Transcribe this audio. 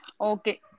Okay